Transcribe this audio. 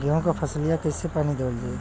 गेहूँक फसलिया कईसे पानी देवल जाई?